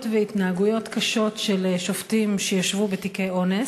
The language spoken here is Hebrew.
והתנהגויות קשות של שופטים שישבו בתיקי אונס.